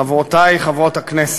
חברותי חברות הכנסת,